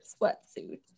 sweatsuit